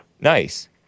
Nice